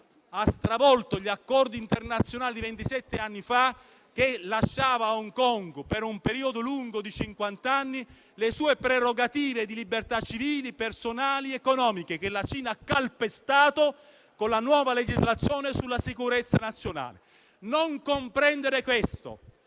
stravolgendo gli accordi internazionali di ventisette anni fa che lasciavano ad Hong Kong, per un lungo periodo di cinquant'anni, le sue prerogative di libertà civili, personali ed economiche, che la Cina ha calpestato con la nuova legislazione sulla sicurezza nazionale. Non comprendere questo,